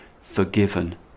forgiven